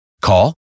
Call